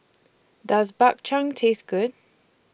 Does Bak Chang Taste Good